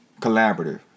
collaborative